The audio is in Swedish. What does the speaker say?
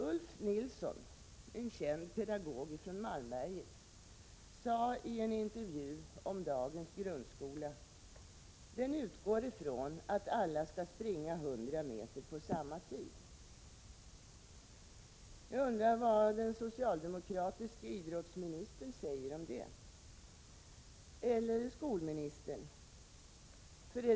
Ulf Nilsson — känd pedagog från Malmberget — sade i en intervju om dagens grundskola: ”Den utgår ifrån att alla skall springa 100 m på samma tid.” Jag undrar vad den socialdemokratiske idrottsministern — eller skolministern — säger om det.